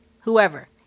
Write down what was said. whoever